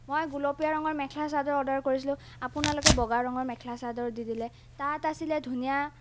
মই গোলপীয়া ৰঙৰ মেখেলা চাদৰ অৰ্ডাৰ কৰিছিলোঁ আপোনালোকে বগা ৰঙৰ মেখেলা চাদৰ দি দিলে তাত আছিলে ধুনীয়া